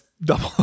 double